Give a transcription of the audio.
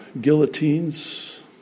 guillotines